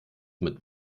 mit